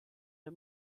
der